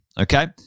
Okay